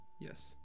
Yes